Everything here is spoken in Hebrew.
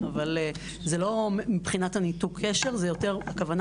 אבל זה לא מבחינת ניתוק הקשר אלא הכוונה